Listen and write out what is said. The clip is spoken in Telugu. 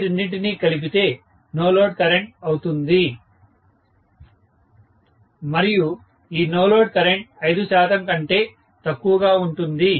ఈ రెండింటినీ కలిపితే నో లోడ్ కరెంట్ అవుతుంది మరియు ఈ నో లోడ్ కరెంట్ 5 శాతం కంటే తక్కువగా ఉంటుంది